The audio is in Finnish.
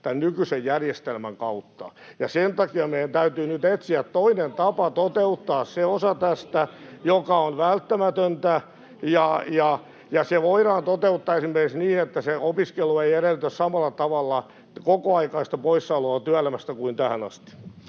tämän nykyisen järjestelmän kautta, ja sen takia meidän täytyy nyt etsiä toinen tapa toteuttaa tästä se osa, joka on välttämätöntä. Se voidaan toteuttaa esimerkiksi niin, että se opiskelu ei edellytä samalla tavalla kokoaikaista poissaoloa työelämästä kuin tähän asti.